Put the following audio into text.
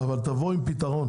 אבל תבואו עם פתרון